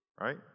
Right